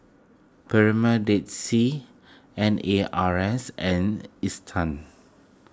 Premier Dead Sea N A R S and Isetan